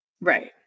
Right